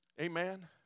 Amen